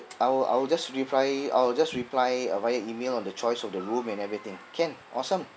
I will I will just reply I will just reply uh via email on the choice of the room and everything can awesome